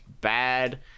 bad